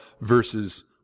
verses